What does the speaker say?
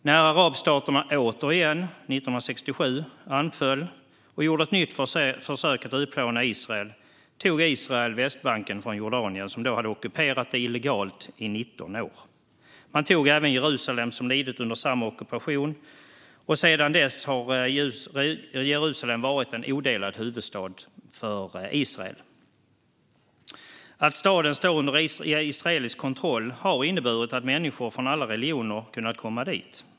När arabstaterna 1967 återigen anföll och gjorde ett nytt försök att utplåna Israel tog Israel Västbanken från Jordanien, som då hade ockuperat området illegalt i 19 år. Man tog även Jerusalem, som lidit under samma ockupation, och sedan dess har Jerusalem varit en odelad huvudstad för Israel. Att staden står under israelisk kontroll har inneburit att människor från alla religioner har kunnat komma dit.